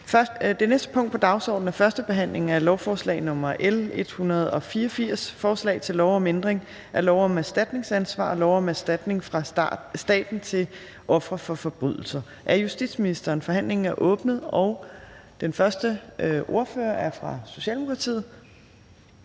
Det næste punkt på dagsordenen er: 7) 1. behandling af lovforslag nr. L 184: Forslag til lov om ændring af lov om erstatningsansvar og lov om erstatning fra staten til ofre for forbrydelser. (Tortgodtgørelse ved digitale seksuelle krænkelser og udvidelse